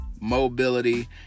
mobility